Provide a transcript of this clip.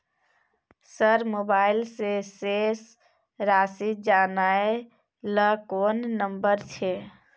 Sir mobile से शेस राशि जानय ल कोन नंबर छै?